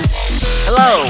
Hello